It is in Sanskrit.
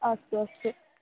अस्तु अस्तु